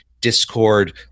discord